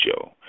show